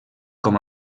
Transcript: com